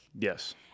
Yes